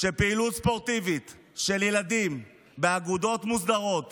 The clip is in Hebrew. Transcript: שפעילויות ספורטיביות של ילדים באגודות מוסדרות